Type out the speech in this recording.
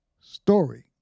story